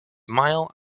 mile